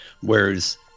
whereas